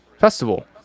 festival